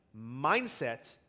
mindset